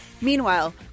meanwhile